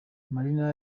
marina